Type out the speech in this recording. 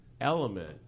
element